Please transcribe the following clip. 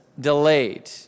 delayed